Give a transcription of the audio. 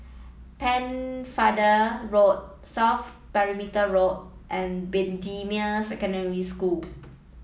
Pennefather Road South Perimeter Road and Bendemeer Secondary School